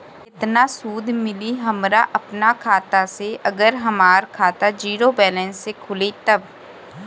केतना सूद मिली हमरा अपना खाता से अगर हमार खाता ज़ीरो बैलेंस से खुली तब?